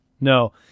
No